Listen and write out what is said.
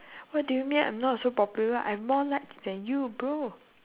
what do you mean I'm not so popular I have more likes than you bro